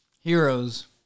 heroes